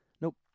Nope